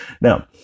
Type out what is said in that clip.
Now